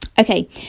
Okay